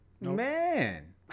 Man